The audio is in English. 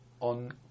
On